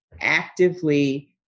actively